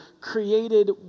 created